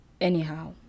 anyhow